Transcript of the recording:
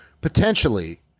potentially